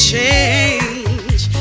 change